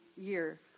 year